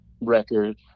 record